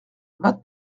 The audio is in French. vingt